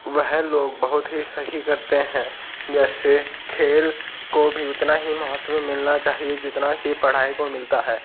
वह लोग बहुत ही सही करते हैं जैसे खेल को भी उतना ही महत्व मिलना चाहिए जितना कि पढ़ाई को मिलता है